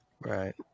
Right